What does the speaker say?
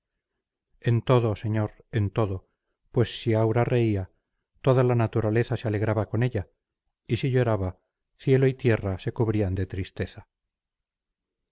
en todo señor en todo pues si aura reía toda la naturaleza se alegraba con ella y si lloraba cielo y tierra se cubrían de tristeza